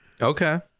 Okay